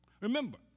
Remember